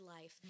life